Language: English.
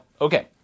Okay